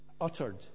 uttered